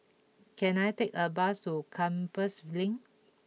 can I take a bus to Compassvale Link